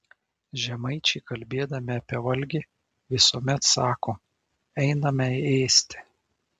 žemaičiai kalbėdami apie valgį visuomet sako einame ėsti